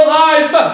life